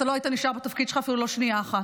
אתה לא היית נשאר בתפקיד שלך אפילו לא שנייה אחת.